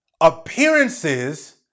appearances